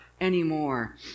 anymore